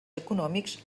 econòmics